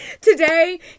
Today